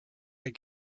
had